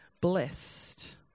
blessed